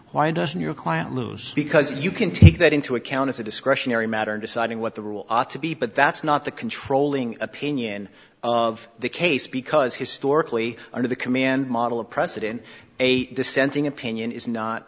why doesn't your client lose because you can take that into account as a discretionary matter in deciding what the rule ought to be but that's not the controlling opinion of the case because historically under the command model of precedent a dissenting opinion is not